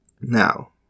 Now